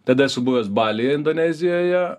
tada esu buvęs balyje indonezijoje